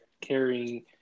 carrying